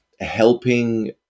helping